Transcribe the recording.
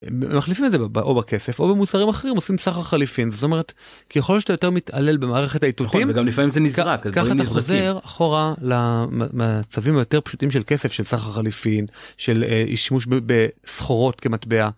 מחליפים את זה או בכסף או במוצרים אחרים, עושים סחר חליפין. זאת אומרת ככל שאתה יותר מתעלל במערכת האיתותים. נכון, וגם לפעמים זה נזרק. ככה אתה חוזר אחורה למצבים יותר פשוטים של כסף של סחר חליפין של שימוש בסחורות כמטבע,